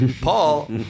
paul